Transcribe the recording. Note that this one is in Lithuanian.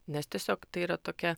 nes tiesiog tai yra tokia